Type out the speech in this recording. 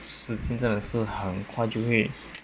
时间真的是很快就会